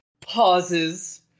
pauses